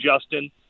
Justin